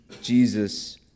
Jesus